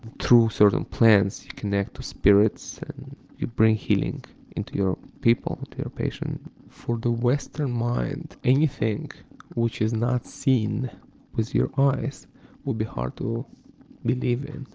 through certain plants you connect to spirits, and you bring healing into your people, into your patient. for the western mind anything which is not seen with your eyes would be hard to believe in,